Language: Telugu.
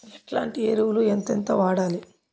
ఎట్లాంటి ఎరువులు ఎంతెంత వాడాలి?